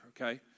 Okay